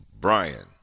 brian